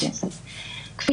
התוכנית של לוין ורוטמן - כפי